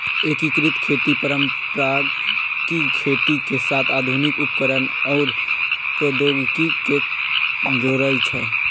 एकीकृत खेती पारंपरिक खेती के साथ आधुनिक उपकरणअउर प्रौधोगोकी के जोरई छई